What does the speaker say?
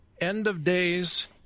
end-of-days